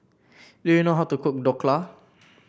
do you know how to cook Dhokla